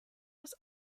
was